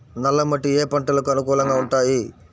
నల్ల మట్టి ఏ ఏ పంటలకు అనుకూలంగా ఉంటాయి?